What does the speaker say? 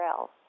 else